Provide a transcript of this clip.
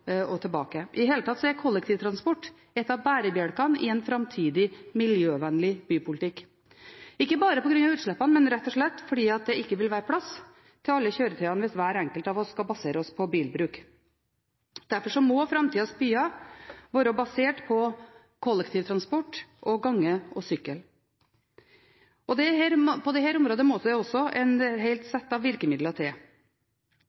er kollektivtransport en av bærebjelkene i en framtidig, miljøvennlig bypolitikk – ikke bare på grunn av utslippene, men rett og slett fordi det ikke vil være plass til alle kjøretøyene hvis hver enkelt av oss skal basere oss på bilbruk. Derfor må framtidas byer være basert på kollektivtransport, gange og sykling. På dette området må det også et helt